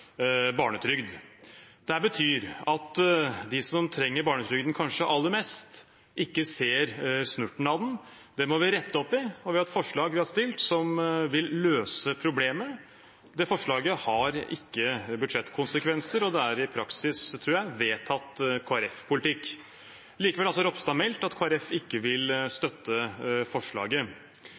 barnetrygd. Dette betyr at de som trenger barnetrygden kanskje aller mest, ikke ser snurten av den. Det må vi rette opp i. Vi har et forslag vi har fremmet som vil løse problemet. Det forslaget har ikke budsjettkonsekvenser, og det er i praksis – tror jeg – vedtatt Kristelig Folkeparti-politikk. Likevel har Ropstad meldt at Kristelig Folkeparti ikke vil støtte forslaget.